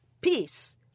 peace